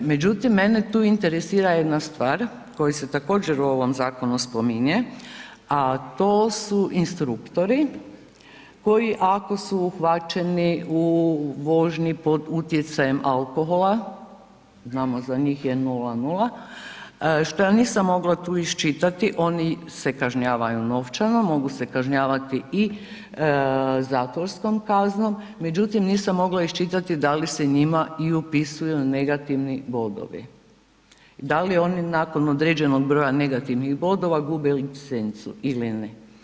Međutim, mene tu interesira jedna stvar koju se također u ovom zakonu spominje a to su instruktori koji ako su uhvaćeni u vožnji pod utjecajem alkohola, znamo za njih je 0,0 što ja nisam mogla tu iščitati, oni se kažnjavaju novčano, mogu se kažnjavati i zatvorskom kaznom, međutim nisam mogla iščitati da li se njima i upisuju negativni bodovi, da li oni nakon određenog broja negativnih bodova gube licencu ili ne.